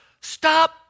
Stop